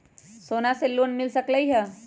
सोना से लोन मिल सकलई ह?